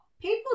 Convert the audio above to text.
People